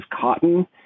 cotton